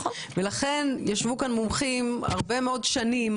לכן ישבו כאן מומחים במשך הרבה מאוד שנים